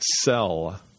sell